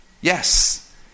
yes